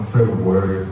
February